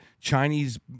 Chinese